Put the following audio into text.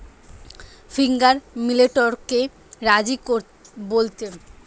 finger মিলেটকে রাজি বলতে যেটি একটি আঞ্চলিক শস্য